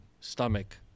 stomach